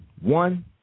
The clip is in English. One